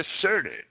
asserted